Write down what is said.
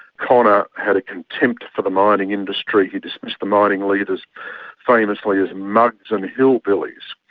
connor had a contempt for the mining industry he dismissed the mining leaders famously as mugs and hillbillies.